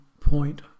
point